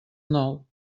nou